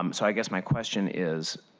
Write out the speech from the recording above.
um so i guess my question is,